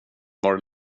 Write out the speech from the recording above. var